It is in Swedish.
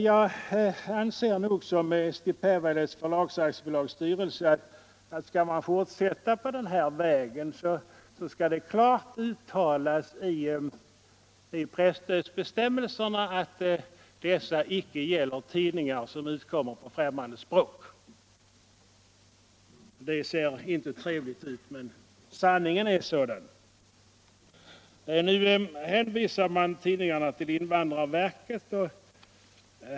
Jag anser nog liksom Eesti Päevalehts förlagsaktiebolags styrelse att vill man fortsätta på den här vägen skall det klart uttalas i presstödsbestämmelserna att dessa icke gäller för tidningar som utkommer på främmande språk. Det ser inte trevligt ut, men sanningen är sådan. Nu hänvisar man tidningarna till invandrarverket.